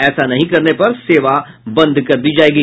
ऐसा नहीं करने पर सेवा बंद कर दी जायेगी